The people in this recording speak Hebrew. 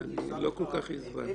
אני לא כל כך הבנתי.